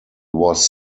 was